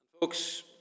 Folks